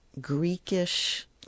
Greekish